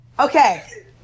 Okay